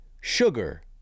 sugar